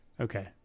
Okay